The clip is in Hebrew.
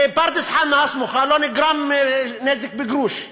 בפרדס-חנה הסמוכה לא נגרם נזק בגרוש.